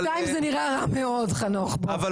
בינתיים זה נראה רע מאוד חנוך, לא